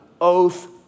oath